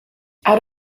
out